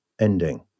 ending